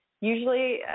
Usually